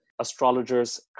astrologers